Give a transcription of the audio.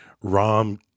Rom